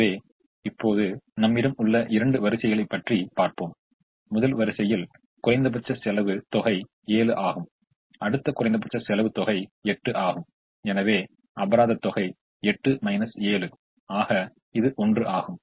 எனவே இப்போது நம்மிடம் உள்ள இரண்டு வரிசைகளைப் பற்றி பார்ப்போம் முதல் வரிசையில் குறைந்தபட்ச செலவு தொகை 7 ஆகும் அடுத்த குறைந்தபட்சம் தொகை 8 ஆகும் எனவே அபராத தொகை 8 7 ஆக இது 1 ஆகும்